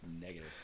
negative